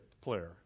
player